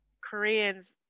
koreans